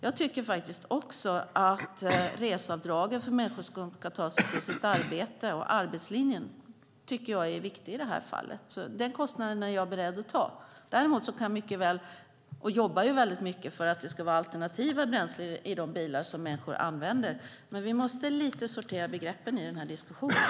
Jag tycker också att reseavdragen för människor som ska ta sig till arbetet är viktiga i det här fallet, med tanke på arbetslinjen. Den kostnaden är jag beredd att ta. Däremot jobbar jag väldigt mycket för att det ska vara alternativa bränslen i de bilar som människor använder. Men vi måste sortera begreppen lite grann i diskussionen.